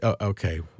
Okay